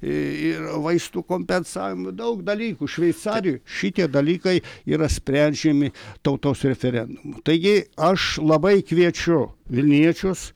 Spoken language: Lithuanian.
ir vaistų kompensavimo daug dalykų šveicarijoj šitie dalykai yra sprendžiami tautos referendumu taigi aš labai kviečiu vilniečius